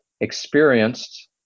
experienced